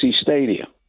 Stadium